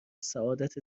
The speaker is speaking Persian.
سعادت